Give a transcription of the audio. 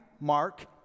Mark